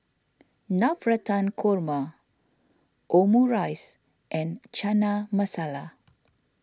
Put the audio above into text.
Navratan Korma Omurice and Chana Masala